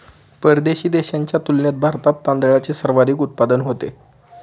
परदेशी देशांच्या तुलनेत भारतात तांदळाचे सर्वाधिक उत्पादन होते